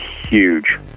huge